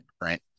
Right